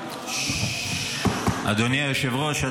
אדוני היושב-ראש,